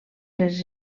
les